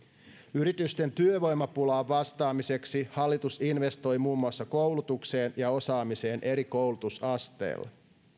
yritysten työvoimapulaan vastaamiseksi hallitus investoi muun muassa koulutukseen ja osaamiseen eri koulutusasteilla